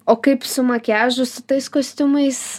o kaip su makiažu su tais kostiumais